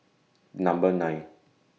Number nine